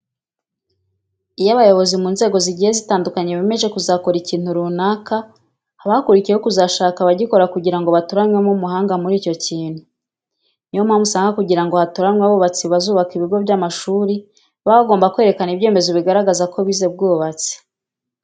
Iyo abayobozi mu nzego zigiye zitandukanye bemeje kuzakora ikintu runaka, haba hakurikiyeho kuzashaka abagikora kugira ngo batoranyemo abahanga muri icyo kintu. Niyo mpamvu usanga kugira ngo hatoranwe abubatsi bazubaka ibigo by'amashuri, baba bagomba kwerekana ibyemezo bigaragaza ko bize ubwubatsi.